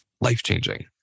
Life-changing